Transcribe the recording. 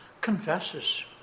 confesses